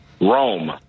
Rome